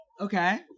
Okay